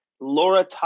Laura